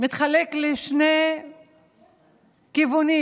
מתחלק לשני כיוונים.